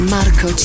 Marco